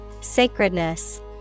Sacredness